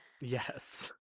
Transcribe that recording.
Yes